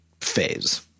phase